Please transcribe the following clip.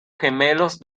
gemelos